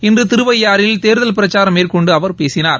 இன்று திருவையாறில் தேர்தல் பிரச்சாரம் மேற்கொண்டு அவர் பேசினார்